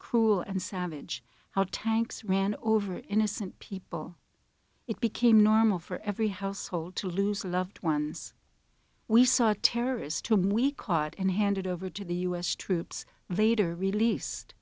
cruel and savage how tanks ran over innocent people it became normal for every household to lose loved ones we saw terrorists to him we caught and handed over to the u s troops later released